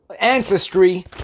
ancestry